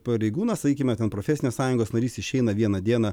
pareigūnas sakykime ten profesinės sąjungos narys išeina vieną dieną